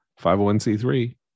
501c3